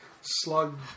slug